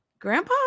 grandpa